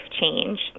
change